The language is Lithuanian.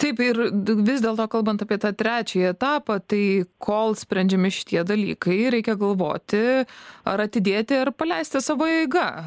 taip ir vis dėlto kalbant apie tą trečiąjį etapą tai kol sprendžiami šitie dalykai reikia galvoti ar atidėti ar paleisti savo eiga